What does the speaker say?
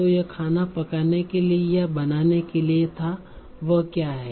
तो यह खाना पकाने के लिए और यह बनाने के लिए था वह क्या है